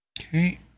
Okay